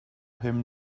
him